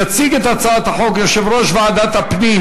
יציג את הצעת החוק יושב-ראש ועדת הפנים